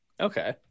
Okay